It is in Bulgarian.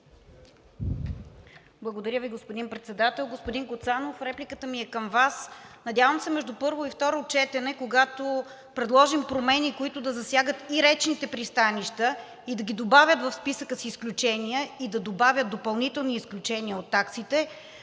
Благодаря Ви, господин Председател. Господин Гуцанов, репликата ми е към Вас. Надявам се между първо и второ четене, когато предложим промени, които да засягат и речните пристанища, да ги добавят в списъка с изключения и да добавят допълнителни изключения от таксите,